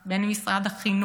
עם משרד החינוך,